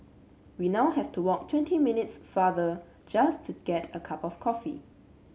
we now have to walk twenty minutes farther just to get a cup of coffee